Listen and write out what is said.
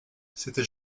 c’était